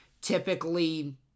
Typically